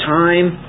time